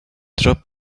dropped